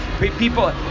People